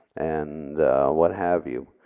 and what have you.